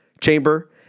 chamber